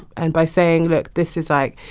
and by saying, look, this is like,